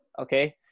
Okay